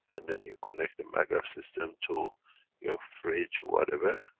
and then you connect the magrav system to your fridge or whatever.